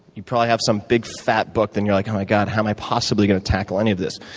you probably have some big, fat book and you're like, oh, my god, how am i possibly going to tackle any of this?